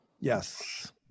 Yes